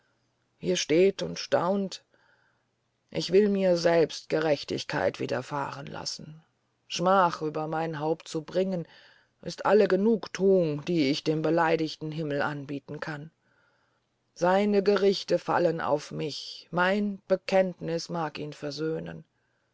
ihr steht und staunt ich will mir selbst gerechtigkeit wiederfahren lassen schmach über mein haupt zu bringen ist alle genugthuung die ich dem beleidigten himmel anbieten kann seine gerichte fallen auf mich mein bekenntniß mag ihn versöhnen